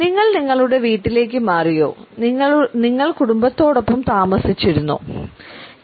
നിങ്ങൾ നിങ്ങളുടെ വീട്ടിലേക്ക് മാറിയോ നിങ്ങൾ കുടുംബത്തോടൊപ്പം താമസിച്ചിരുന്നോ